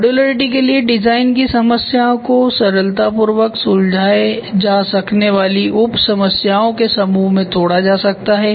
modularity के लिए design की समस्याओं को सरलता पूर्वक सुलझाए जा सकने वाली उप समस्याओं के समूह में तोड़ा जा सकता है